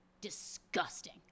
disgusting